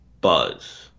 buzz